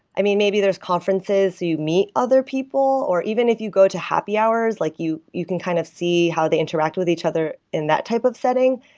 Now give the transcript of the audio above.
i mean, maybe there is conferences you meet other people. or even if you go to happy hours, like you you can kind of see how they interact with each other in that type of setting.